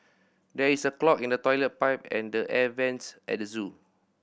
there is a clog in the toilet pipe and the air vents at the zoo